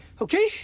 okay